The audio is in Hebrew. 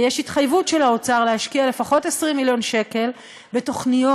ויש התחייבות של האוצר להשקיע לפחות 20 מיליון שקל בתוכניות,